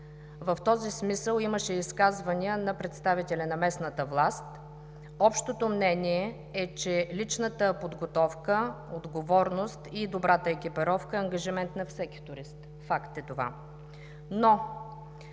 В този смисъл имаше изказвания на представители на местната власт. Общото мнение е, че личната подготовка, отговорност и добрата екипировка е ангажимент на всеки турист – това